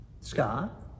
Scott